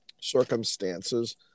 circumstances